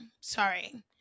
Sorry